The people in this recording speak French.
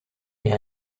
est